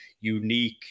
unique